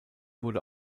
wurde